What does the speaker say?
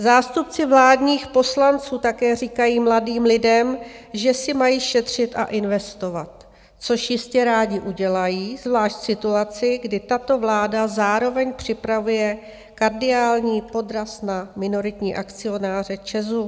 Zástupci vládních poslanců také říkají mladým lidem, že si mají šetřit a investovat, což jistě rádi udělají, zvlášť v situaci, kdy tato vláda zároveň připravuje kardiální podraz na minoritní akcionáře ČEZ.